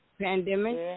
pandemic